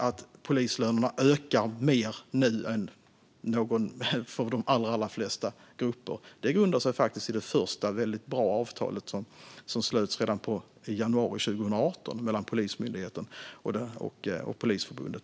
Att polislönerna nu ökar mer än lönerna för de allra flesta grupper grundar sig faktiskt i det första, väldigt bra avtal som slöts redan i januari 2018 mellan Polismyndigheten och Polisförbundet.